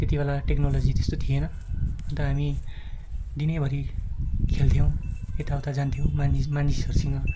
त्यति बेला टेक्नोलोजी त्यस्तो थिएन अन्त हामी दिनभरि खेल्थ्यौँ यताउता जान्थ्यौँ मानिस मानिसहरूसँग